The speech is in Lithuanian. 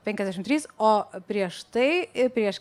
penkiasdešim trys o prieš tai ir prieš